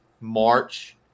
March